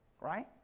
Right